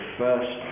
first